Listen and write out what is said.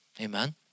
Amen